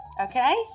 Okay